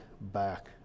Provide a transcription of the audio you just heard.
back